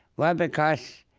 well, because